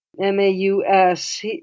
M-A-U-S